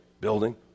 building